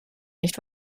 nicht